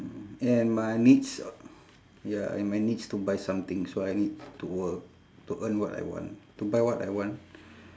and my needs ya and my needs to buy something so I need to work to earn what I want to buy what I want